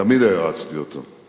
תמיד הערצתי אותו.